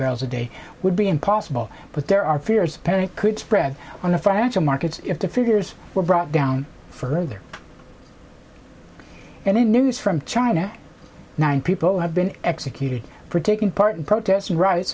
barrels a day would be impossible but there are fears that it could spread on the financial markets if the figures were brought down further and in news from china nine people have been executed for taking part in protests and ri